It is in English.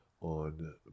on